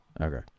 okay